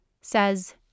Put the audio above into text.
says